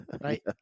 right